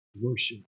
worship